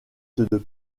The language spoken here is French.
depuis